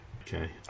Okay